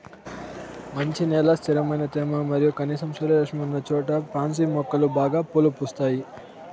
మంచి నేల, స్థిరమైన తేమ మరియు కనీసం సూర్యరశ్మి ఉన్నచోట పాన్సి మొక్కలు బాగా పూలు పూస్తాయి